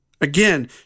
Again